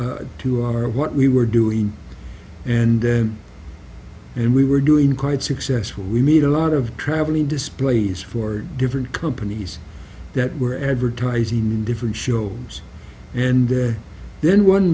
add to our what we were doing and then and we were doing quite successful we made a lot of travelling displays for different companies that were advertising in different shows and then one